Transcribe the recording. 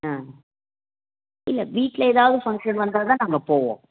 ஆ இல்லை வீட்டில எதாவது ஃபங்க்ஷன் வந்தால் தான் நாங்கள் போவோம்